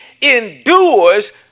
endures